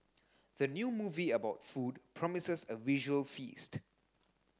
the new movie about food promises a visual feast